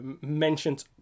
mentioned